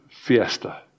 Fiesta